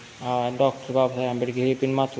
doctor Babasaheb आंबेडकरी मातृभाषा शिक्षण मराठी भाषा